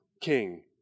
king